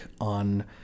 on